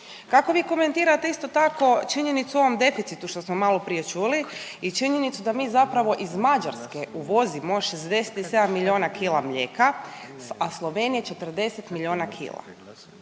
Kako vi komentirate, isto tako, činjenicu o ovom deficitu što smo maloprije čuli i činjenicu da mi zapravo iz Mađarske uvozimo 67 milijuna kila mlijeka, a Slovenija 40 milijuna kila,